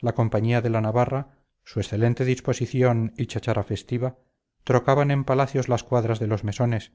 la compañía de la navarra su excelente disposición y cháchara festiva trocaban en palacios las cuadras de los mesones